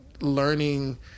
learning